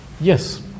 Yes